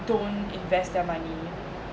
don't invest their money